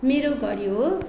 मेरो घडी हो